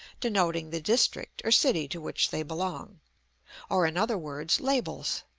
denoting the district or city to which they belong or in other words labels.